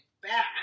back